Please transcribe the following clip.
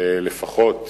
לפחות